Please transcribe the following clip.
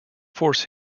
force